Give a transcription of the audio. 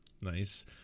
Nice